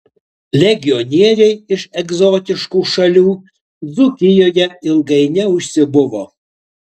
legionieriai iš egzotiškų šalių dzūkijoje ilgai neužsibuvo